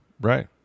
Right